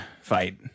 fight